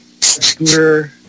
Scooter